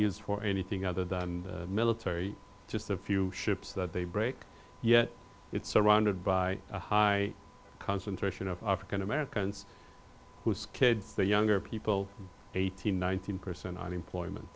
used for anything other than military just a few ships that they break yet it's surrounded by a high concentration of african americans whose kids the younger people eighteen nineteen percent